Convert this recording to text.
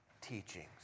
teachings